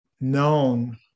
known